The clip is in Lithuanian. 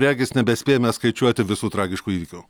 regis nebespėjame skaičiuoti visų tragiškų įvykių